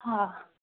हा